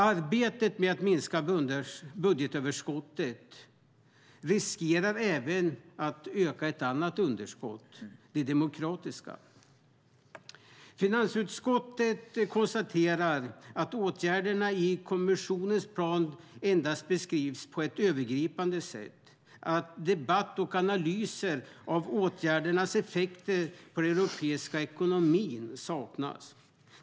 Arbetet med att minska budgetunderskott riskerar att öka ett annat underskott: det demokratiska. Finansutskottet konstaterar att åtgärderna i kommissionens plan endast beskrivs på ett övergripande sätt och att debatt och analyser av åtgärdernas effekter på den europeiska ekonomin saknas.